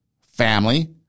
family